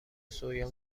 سویا